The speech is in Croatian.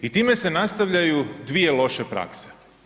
I time se nastavljaju dvije loše prakse.